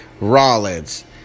Rollins